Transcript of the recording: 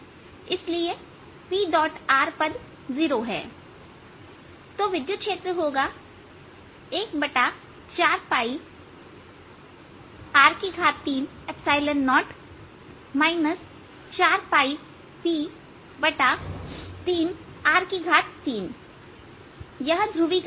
इसलिए Pr पद 0 है तो विद्युत क्षेत्र होगा 140R3 4P3r3यह ध्रुवीकरण है